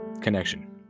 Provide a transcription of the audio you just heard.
Connection